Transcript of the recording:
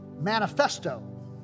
manifesto